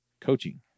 coaching